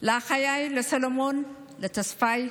אחיי סלומון, טספאי.